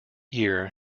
year